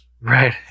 Right